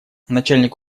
начальник